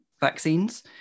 vaccines